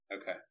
Okay